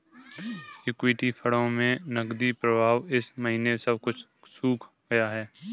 equity फंडों में नकदी प्रवाह इस महीने सब कुछ सूख गया है